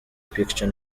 pictures